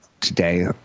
today